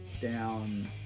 down